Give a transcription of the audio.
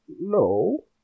no